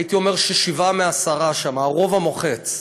הייתי אומר ששבעה מעשרה שם, הרוב המוחץ.